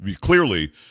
clearly